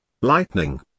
Lightning